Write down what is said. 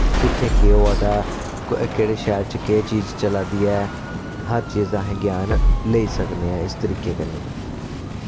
कुत्थै केह् होआ दा केह्ड़े शैह्र च केह् चीज चला दी ऐ हर चीज दा असें ज्ञान लेई सकने आं इस तरीके कन्नै